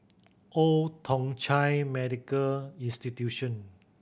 Old Thong Chai Medical Institution